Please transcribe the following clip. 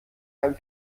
einem